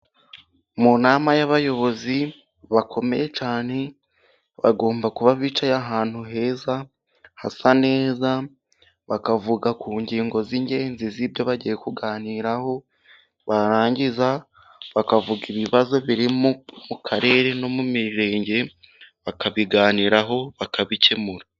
Mu nama y'abayobozi bakomeye cyane, bagomba kuba bicaye ahantu heza, hasa neza, bakavuga ku ngingo z'ingenzi z'ibyo bagiye kuganiraho, barangiza bakavuga ibibazo biri mu karere no mu mirenge, bakabiganiraho bakabikemura.